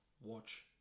watch